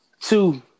Two